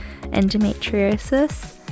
endometriosis